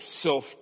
self